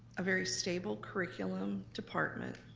a very stable curriculum department,